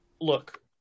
look